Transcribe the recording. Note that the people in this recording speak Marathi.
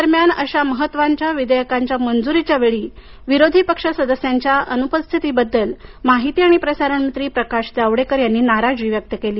दरम्यान अशा महत्त्वाच्या विधेयकांच्या मंजुरीच्या वेळी विरोधी पक्ष सदस्यांच्या अनुपस्थितीबद्दल माहिती आणि प्रसारण मंत्री प्रकाश जावडेकर यांनी नाराजी व्यक्त केली